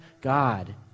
God